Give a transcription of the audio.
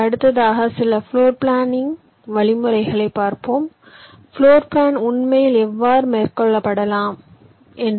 அடுத்ததாக சில floor planning வழிமுறைகளைப் பார்ப்போம் பிளோர் பிளான் உண்மையில் எவ்வாறு மேற்கொள்ளப்படலாம் என்று